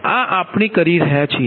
આ આપણે કરી રહ્યા છીએ